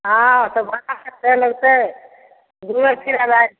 हाँ तऽ भाड़ा कतेक लगतै घुमै फिरै ला